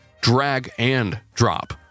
drag-and-drop